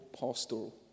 pastoral